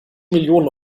millionen